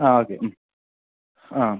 ആ okay hmm ആ